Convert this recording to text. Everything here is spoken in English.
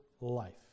life